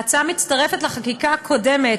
ההצעה מצטרפת לחקיקה הקודמת,